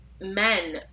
men